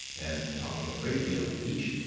and, talking a great deal to each,